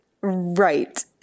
Right